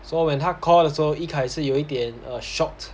so when 他 call 的时候 yikai 是有一点 err shocked